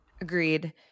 Agreed